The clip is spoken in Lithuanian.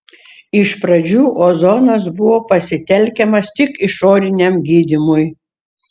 iš pradžių ozonas buvo pasitelkiamas tik išoriniam gydymui